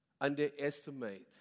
underestimate